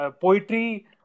poetry